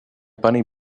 bunny